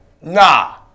Nah